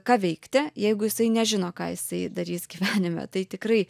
ką veikti jeigu jisai nežino ką jisai darys gyvenime tai tikrai